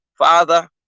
father